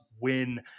win